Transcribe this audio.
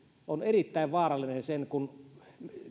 on erittäin vaarallinen kun